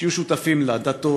שיהיו שותפים לה משרדי הדתות,